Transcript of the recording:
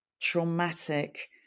traumatic